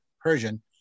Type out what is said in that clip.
persian